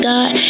God